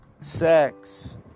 Sex